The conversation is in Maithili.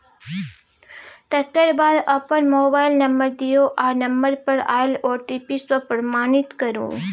तकर बाद अपन मोबाइल नंबर दियौ आ नंबर पर आएल ओ.टी.पी सँ प्रमाणित करु